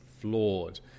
flawed